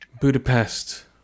Budapest